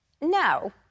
no